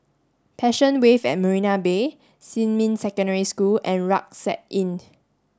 Passion Wave at Marina Bay Xinmin Secondary School and Rucksack Inn